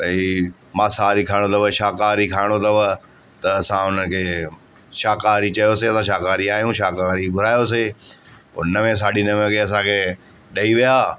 त ही मांसाहारी खाइणो अथव शाकाहारी खाइणो अथव त असां हुनखे शाकाहारी चयोसीं असां शाकाहारी आहियूं शाकाहारी घुरायोसीं उहो नवें साढी नवे वॻे असांखे ॾेई विया